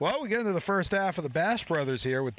while we get into the first half of the bass brothers here with